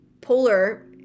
polar